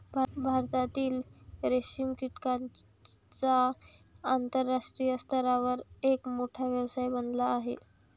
भारतातील रेशीम कीटकांचा आंतरराष्ट्रीय स्तरावर एक मोठा व्यवसाय बनला आहे